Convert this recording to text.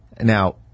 Now